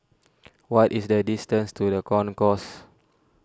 what is the distance to the Concourse